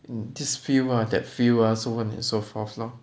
this field ah that field ah so on and so forth lor